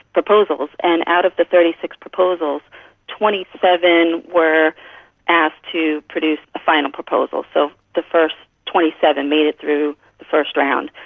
proposals, and out of the thirty six proposals twenty seven were asked to produce a final proposal. so the first twenty seven made it through the first round.